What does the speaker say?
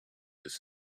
this